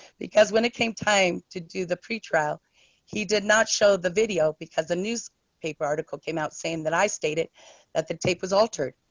because when it came time to do the pre trial he did not show the video because the news paper article came out saying that i stated that the tape was altered.